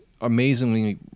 amazingly